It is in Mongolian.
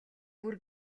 бүр